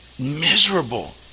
miserable